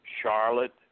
Charlotte